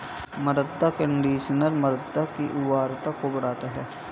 मृदा कंडीशनर मृदा की उर्वरता को बढ़ाता है